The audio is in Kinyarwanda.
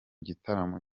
gitaramo